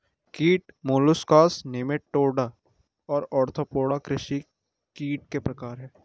कीट molluscs nematode और arthropoda कृषि कीट के प्रकार हैं